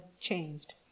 changed